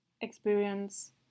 experience